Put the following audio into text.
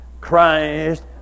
Christ